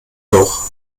noch